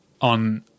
on